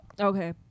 okay